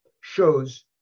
shows